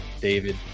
David